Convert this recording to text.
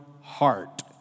heart